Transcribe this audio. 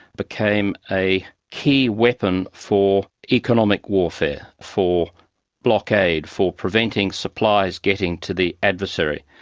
became a key weapon for economic warfare, for blockade, for preventing supplies getting to the adversary.